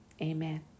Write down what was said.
Amen